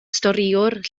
storïwr